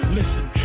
listen